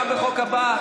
גם בחוק הבא,